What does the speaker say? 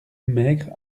maigre